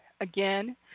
again